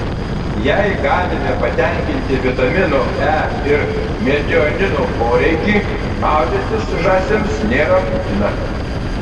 jei galime patenkinti vitamino e ir metionino poreikį maudytis žąsims nėra būtina